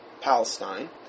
Palestine